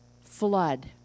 flood